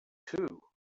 too